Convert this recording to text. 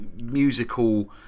musical